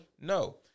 No